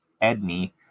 Edney